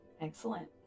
excellent